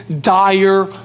dire